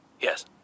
Yes